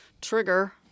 trigger